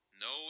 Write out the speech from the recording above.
No